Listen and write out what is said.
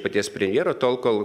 paties premjero tol kol